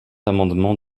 amendement